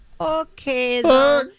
Okay